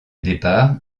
départ